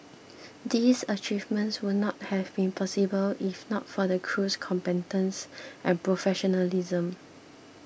these achievements would not have been possible if not for the crew's competence and professionalism